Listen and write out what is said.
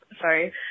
Sorry